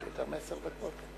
לאחת הכיתות,